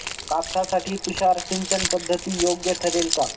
कापसासाठी तुषार सिंचनपद्धती योग्य ठरेल का?